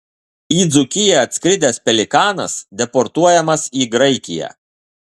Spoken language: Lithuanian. į dzūkiją atskridęs pelikanas deportuojamas į graikiją